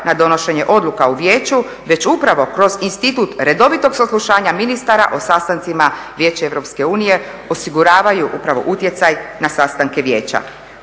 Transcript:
na donošenje odluka u Vijeću, već upravo kroz institut redovitog saslušanja ministara o sastancima Vijeća Europske unije osiguravaju upravo utjecaj na sastanke Vijeća.